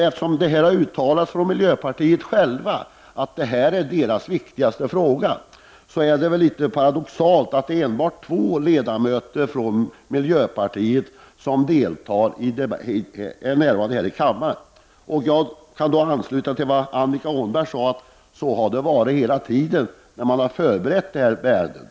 Eftersom det har uttalats från miljöpartiet att det här är partiets viktigaste fråga är det litet paradoxalt att enbart två ledamöter från miljöpartiet finns närvarande. Jag kan ansluta mig till vad Annika Åhnberg sade, att så har det varit hela tiden när man förberett ärendet.